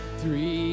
three